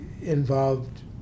involved